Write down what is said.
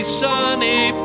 sunny